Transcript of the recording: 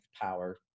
power